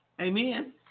Amen